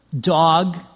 dog